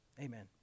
amen